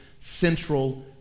central